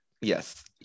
yes